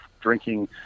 drinking